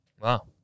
Wow